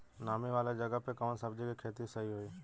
नामी वाले जगह पे कवन सब्जी के खेती सही होई?